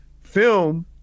film